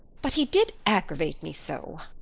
but he did aggravate me so.